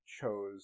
chose